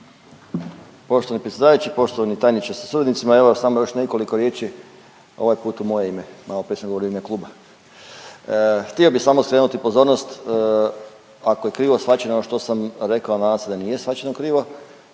Poštovani predsjedavajući, poštovani tajniče sa suradnicima. Evo, samo još nekoliko riječi, ovaj put u moje ime, maloprije sam govorio u ime kluba. Htio bih samo skrenuti pozornost, ako je krivo shvaćeno što sam rekao, nadam se da nije shvaćeno krivo,